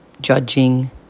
judging